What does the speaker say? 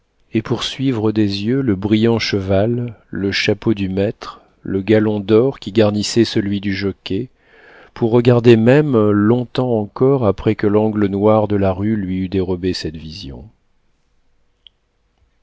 et pour suivre des yeux le brillant cheval le chapeau du maître le galon d'or qui garnissait celui du jockey pour regarder même long-temps encore après que l'angle noir de la rue lui eut dérobé cette vision